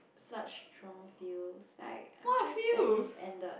such strong feels like I'm so sad it ended